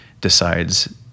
decides